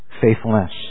faithfulness